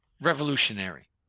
revolutionary